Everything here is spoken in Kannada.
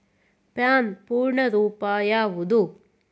ಪ್ಯಾನ್ ಪೂರ್ಣ ರೂಪ ಯಾವುದು?